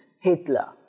Hitler